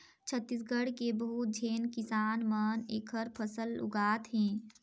छत्तीसगढ़ के बहुत झेन किसान मन एखर फसल उगात हे